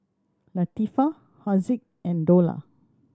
Latifa Haziq and Dollah